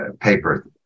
paper